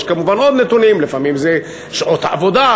יש כמובן עוד נתונים: לפעמים זה שעות העבודה,